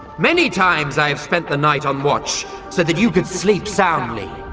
many times i spent the night on watch so that you could sleep soundly.